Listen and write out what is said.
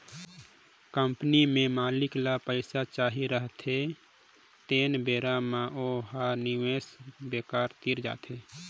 company में मालिक ल पइसा चाही रहथें तेन बेरा म ओ ह निवेस बेंकर तीर जाथे